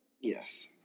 Yes